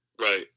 Right